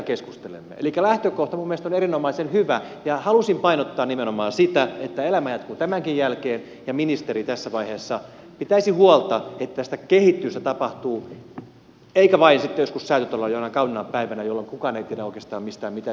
elikkä lähtökohta minun mielestäni on erinomaisen hyvä ja halusin painottaa nimenomaan sitä että elämä jatkuu tämänkin jälkeen ja ministeri tässä vaiheessa pitäisi huolta että sitä kehitystä tapahtuu eikä vain sitten joskus säätytalolla jonain kauniina päivänä jolloin kukaan ei tiedä oikeastaan mistään mitään että mitä olisi pitänytkään tehdä